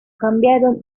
cambiaron